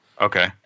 okay